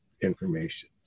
information